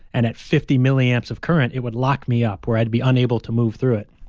and at fifty milliamps of current it would lock me up, where i'd be unable to move through it.